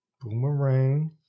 Boomerang